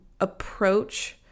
approach